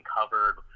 covered